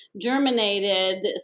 germinated